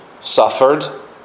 suffered